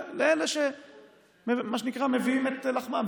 לאלה שמביאים את לחמם,